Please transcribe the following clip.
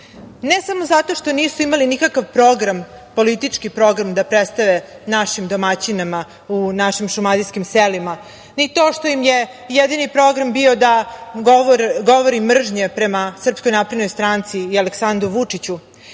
Ne samo što nisu imali nikakav program, politički program, da predstave našim domaćinim u našim šumadijskim selima, ni to što im je jedini program bio da govori mržnje prema SNS i Aleksandru Vučiću,